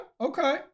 okay